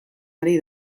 ari